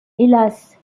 hélas